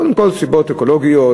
קודם כול סיבות אקולוגיות,